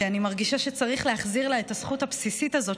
כי אני מרגישה שצריך להחזיר לה את הזכות הבסיסית הזאת,